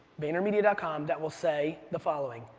vaynermedia ah com, that will say the following,